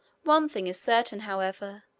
one thing is certain, however,